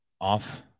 off